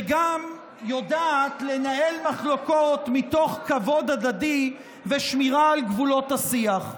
שגם יודעת לנהל מחלוקות מתוך כבוד הדדי ושמירה על גבולות השיח.